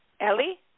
Ellie